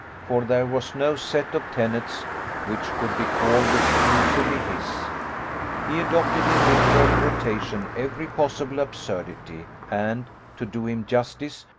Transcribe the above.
for there was no set of tenets which could be called exclusively his he adopted in liberal rotation every possible absurdity and, to do him justice,